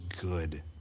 good